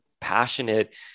passionate